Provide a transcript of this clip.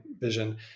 vision